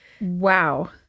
Wow